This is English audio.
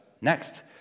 Next